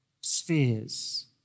spheres